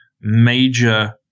major